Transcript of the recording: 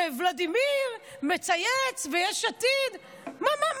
וולדימיר, מצייץ, ויש עתיד, מה?